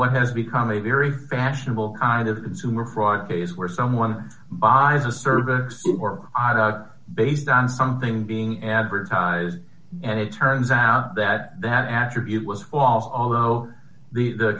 what has become a very fashionable kind of the consumer fraud case where someone buys a server or based on something being advertised and it turns out that that attribute was all although the the